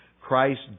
Christ